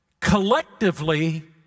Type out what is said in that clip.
collectively